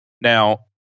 Now